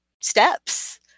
steps